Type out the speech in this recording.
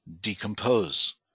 decompose